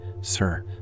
sir